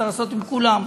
צריך לעשות עם כולם.